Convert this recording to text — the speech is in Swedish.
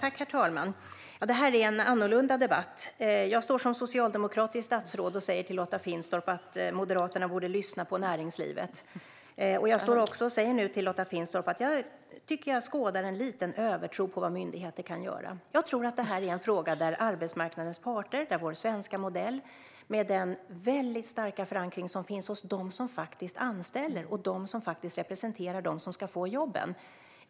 Herr talman! Det här är en annorlunda debatt - jag står som socialdemokratiskt statsråd och säger till Lotta Finstorp att Moderaterna borde lyssna på näringslivet. Jag säger också till Lotta Finstorp att jag tycker att jag skådar lite av en övertro på vad myndigheter kan göra. Jag tror att det här är en fråga för arbetsmarknadens parter och vår svenska modell med dess starka förankring hos dem som faktiskt anställer och dem som representerar dem som ska få jobben.